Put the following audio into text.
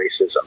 racism